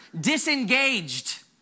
disengaged